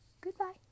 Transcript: Goodbye